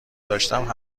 داشتم